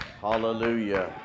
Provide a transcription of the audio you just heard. Hallelujah